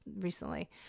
recently